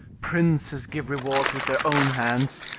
princes give rewards with their own hands,